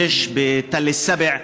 בג'ש, בתל שבע,